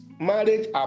marriage